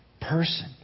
Person